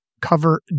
cover